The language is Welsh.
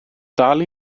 dal